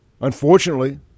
unfortunately